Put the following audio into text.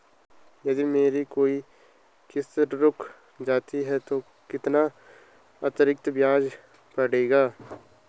यदि मेरी कोई किश्त रुक जाती है तो कितना अतरिक्त ब्याज पड़ेगा?